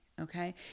Okay